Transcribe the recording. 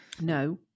No